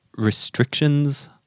restrictions